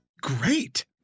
great